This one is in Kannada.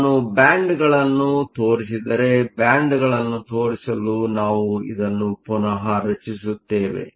ನಾನು ಬ್ಯಾಂಡ್ಗಳನ್ನು ತೋರಿಸಿದರೆ ಬ್ಯಾಂಡ್ಗಳನ್ನು ತೋರಿಸಲು ನಾವು ಇದನ್ನು ಪುನಃ ರಚಿಸುತ್ತೇವೆ